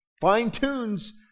fine-tunes